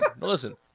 listen